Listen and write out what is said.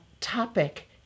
topic